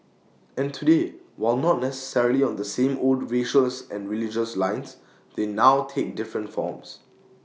and today while not necessarily on the same old racial and religious lines they now take different forms